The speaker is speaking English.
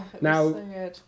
Now